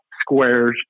squares